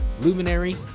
Luminary